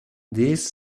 these